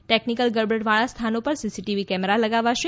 technical ગડબડવાળા સ્થાનો પર સીસીટીવી કેમેરા લગાવાશે